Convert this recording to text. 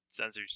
sensors